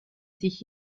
sich